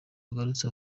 agarutse